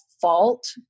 fault